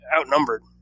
outnumbered